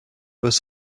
was